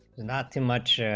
not too much